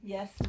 Yes